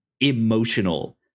emotional